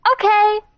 Okay